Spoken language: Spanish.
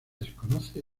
desconoce